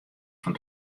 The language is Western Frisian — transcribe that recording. fan